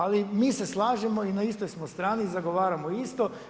Ali mi se slažemo i na istoj smo strani, zagovaramo isto.